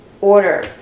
order